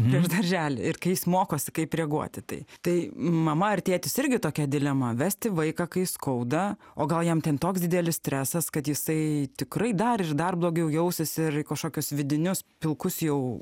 prieš daržely ir kai jis mokosi kaip reaguot į tai tai mama ar tėtis irgi tokia dilema vesti vaiką kai skauda o gal jam ten toks didelis stresas kad jisai tikrai dar ir dar blogiau jausis ir kažkokius vidinius pilkus jau